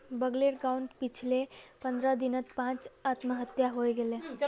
बगलेर गांउत पिछले पंद्रह दिनत पांच आत्महत्या हइ गेले